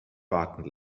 warten